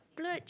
splurge